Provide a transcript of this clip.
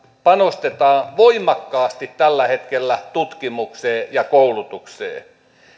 panostetaan voimakkaasti tällä hetkellä tutkimukseen ja koulutukseen